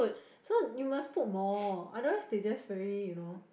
so you must put more otherwise they just very you know